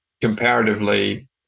comparatively